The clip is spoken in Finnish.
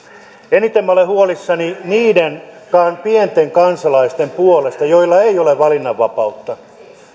eniten minä olen huolissani niiden pienten kansalaisten puolesta joilla ei ole valinnanvapautta